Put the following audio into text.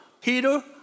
Peter